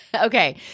Okay